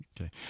okay